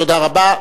תודה רבה.